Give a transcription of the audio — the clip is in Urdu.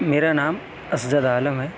میرا نام اسجد عالم ہے